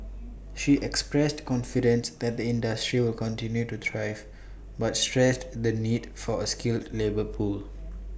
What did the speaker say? she expressed confidence that the industry will continue to thrive but stressed the need for A skilled labour pool